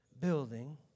building